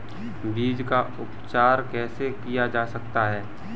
बीज का उपचार कैसे किया जा सकता है?